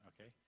okay